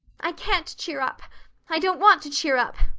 i can't cheer up i don't want to cheer up.